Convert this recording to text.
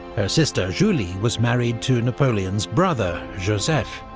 her sister julie was married to napoleon's brother joseph,